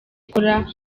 ikora